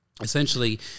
essentially